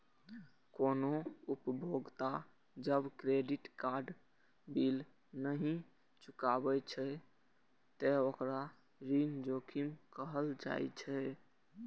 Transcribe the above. कोनो उपभोक्ता जब क्रेडिट कार्ड बिल नहि चुकाबै छै, ते ओकरा ऋण जोखिम कहल जाइ छै